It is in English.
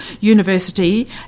University